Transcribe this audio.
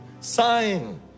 sign